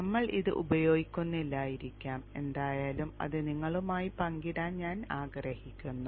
ഞങ്ങൾ ഇത് ഉപയോഗിക്കുന്നില്ലായിരിക്കാം എന്തായാലും അത് നിങ്ങളുമായി പങ്കിടാൻ ഞാൻ ആഗ്രഹിക്കുന്നു